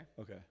Okay